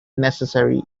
necessary